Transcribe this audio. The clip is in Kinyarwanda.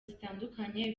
zitandukanye